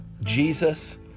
Jesus